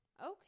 Okay